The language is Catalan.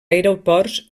aeroports